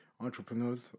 entrepreneurs